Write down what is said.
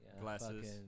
glasses